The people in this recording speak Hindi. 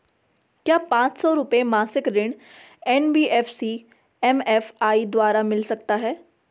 क्या पांच सौ रुपए मासिक ऋण एन.बी.एफ.सी एम.एफ.आई द्वारा मिल सकता है?